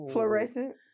Fluorescent